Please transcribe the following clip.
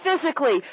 physically